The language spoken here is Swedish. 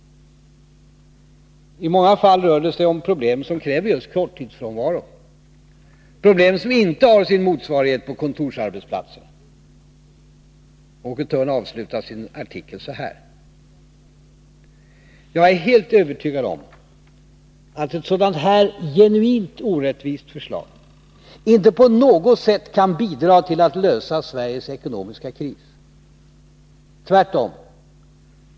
I många fall rör det sig om problem som kräver just korttidsfrånvaro, problem som inte har sin motsvarighet på kontorsarbetsplatserna. Åke Thörn avslutar sin artikel: ”Jag är helt övertygad om att ett sådant här genuint orättvist förslag inte på något sätt kan bidra till att lösa Sveriges ekonomiska kris. Tvärtom!